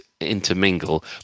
intermingle